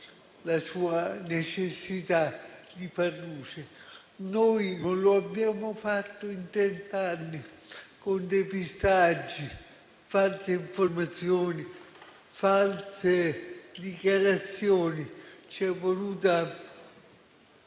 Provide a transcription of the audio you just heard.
la sua necessità di far luce. Noi non lo abbiamo fatto in trent'anni con depistaggi, false informazioni, false dichiarazioni. C'è voluta